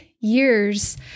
years